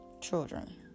children